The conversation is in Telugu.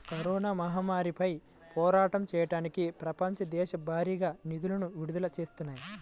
కరోనా మహమ్మారిపై పోరాటం చెయ్యడానికి ప్రపంచ దేశాలు భారీగా నిధులను విడుదల చేత్తన్నాయి